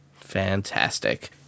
Fantastic